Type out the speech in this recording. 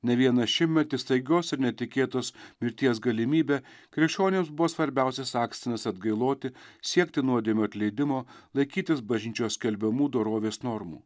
ne vieną šimtmetį staigios ir netikėtos mirties galimybė krikščionims buvo svarbiausias akstinas atgailoti siekti nuodėmių atleidimo laikytis bažnyčios skelbiamų dorovės normų